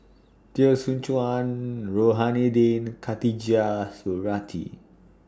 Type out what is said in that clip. Teo Soon Chuan Rohani Din and Khatijah Surattee